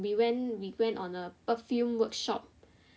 we went on a perfume workshop